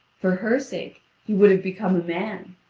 for her sake he would have become a man,